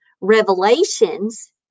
revelations